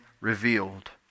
revealed